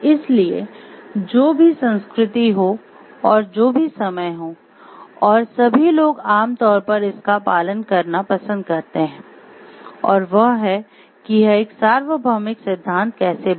इसलिए जो भी संस्कृति हो और जो भी समय हो और सभी लोग आम तौर पर इसका पालन करना पसंद करते हैं और वह है कि यह एक सार्वभौमिक सिद्धांत कैसे बना